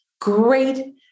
great